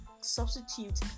substitute